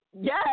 yes